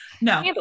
No